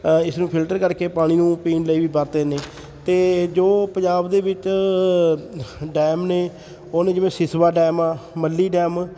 ਇਸ ਨੂੰ ਫਿਲਟਰ ਕਰਕੇ ਪਾਣੀ ਨੂੰ ਪੀਣ ਲਈ ਵੀ ਵਰਤਦੇ ਨੇ ਅਤੇ ਜੋ ਪੰਜਾਬ ਦੇ ਵਿੱਚ ਡੈਮ ਨੇ ਉਹ ਨੇ ਜਿਵੇਂ ਸਿਸਵਾ ਡੈਮ ਆ ਮੱਲੀ ਡੈਮ